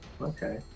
okay